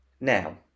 Now